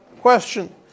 question